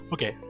Okay